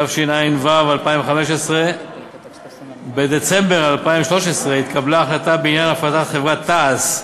התשע"ו 2015. בדצמבר 2013 התקבלה החלטה בעניין הפרטת חברת תע"ש,